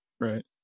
Right